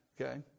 Okay